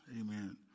Amen